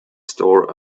store